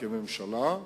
כממשלה,